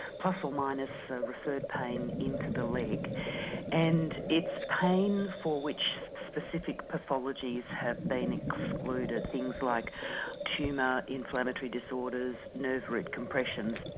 minus a referred pain into the leg and it's pain for which specific pathologies have been excluded. things like tumour, inflammatory disorders, nerve root compressions.